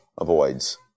avoids